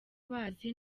bazi